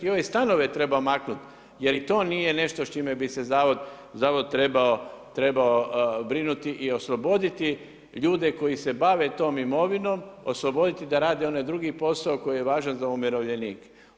I ove stanove treba maknuti, jer i to nije nešto s čime bi se zavod trebao brinuti i osloboditi ljude koji se bave tom imovinom, osloboditi da rade onaj drugi posao koji je važan za umirovljenike.